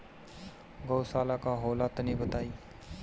गौवशाला का होला तनी बताई?